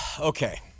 okay